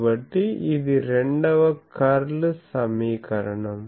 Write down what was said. కాబట్టి ఇది రెండవ కర్ల్ సమీకరణం